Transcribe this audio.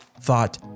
thought